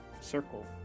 circle